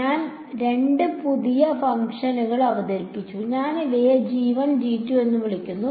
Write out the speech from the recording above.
ഞാൻ രണ്ട് പുതിയ ഫംഗ്ഷനുകൾ അവതരിപ്പിച്ചു ഞാൻ അവയെ g1 g2 എന്ന് വിളിക്കുന്നു